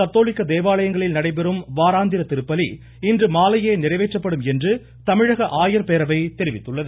கத்தோலிக்க தேவாலயங்களில் நடைபெறும் வாராந்திர திருப்பலி இன்றுமாலையே நிறைவேற்றப்படும் என்று தமிழக ஆயர் பேரவை தெரிவித்துள்ளது